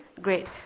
great